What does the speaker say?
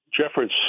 Jeffords